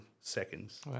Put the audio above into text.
seconds